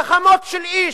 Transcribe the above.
גחמות של איש.